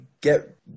get